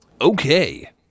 okay